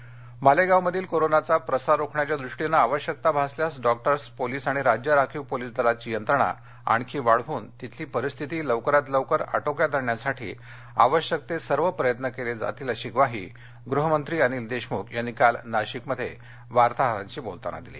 अनिल देशमख मालेगावमधील कोरोनाचा प्रसार रोखण्याच्या दृष्टीनं आवश्यकता भासल्यास डॉक्टर्स पोलीस आणि राज्य राखीव पोलीस दलाची यंत्रणा आणखी वाढवून तिथली परिस्थिती लवकरात लवकर आटोक्यात आणण्यासाठी आवश्यक ते सर्व प्रयत्न केले जातील अशी ग्वाही गृहमंत्री अनिल देशमूख यांनी काल नाशिकमध्ये वार्ताहरांशी बोलताना दिली